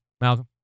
Malcolm